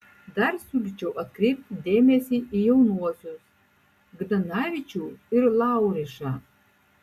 dar siūlyčiau atkreipti dėmesį į jaunuosius kdanavičių ir laurišą